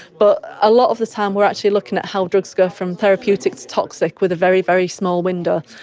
but a lot of the time we are actually looking at how drugs go from therapeutic to toxic with a very, very small window.